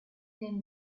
came